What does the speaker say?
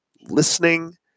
listening